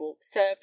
served